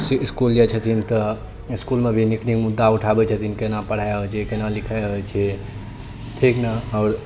इसकुल जाइ छथिन तऽ इसकुल मे भी नीक नीक मुद्दा उठाबै छथिन केना पढ़ाइ होइ छै केना लिखाइ होइ छै ठीक ने आओर